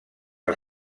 els